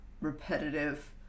repetitive